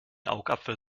augapfel